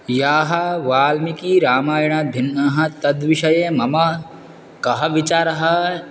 यः वाल्मिकीरामायणभिन्नः तद्विषये मम कः विचारः